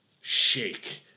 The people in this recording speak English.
shake